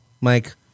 Mike